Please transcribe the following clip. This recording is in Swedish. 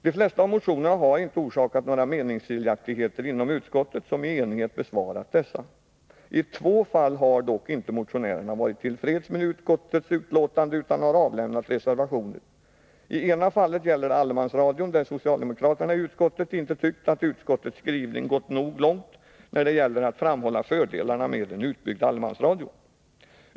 De flesta av motionerna har inte orsakat några meningsskiljaktigheter inom utskottet, som i enighet besvarat dessa. I två fall har dock inte motionärerna varit till freds med utskottets betänkande utan har avlämnat reservationer. I det ena fallet gäller det allemansradion, där socialdemokraterna i utskottet inte tyckt att utskottets skrivning gått nog långt när det gäller att framhålla fördelarna med en utbyggd allemansradio.